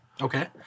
Okay